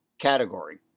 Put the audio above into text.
category